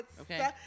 okay